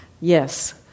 Yes